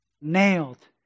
nailed